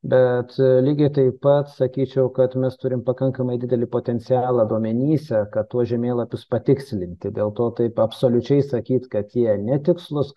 bet lygiai taip pat sakyčiau kad mes turim pakankamai didelį potencialą duomenyse kad tuos žemėlapius patikslinti dėl to taip absoliučiai sakyt kad jie netikslūs